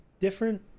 different